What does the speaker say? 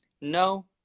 no